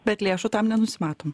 bet lėšų tam nenusimatom